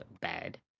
bad